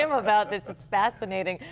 um about this fascinating.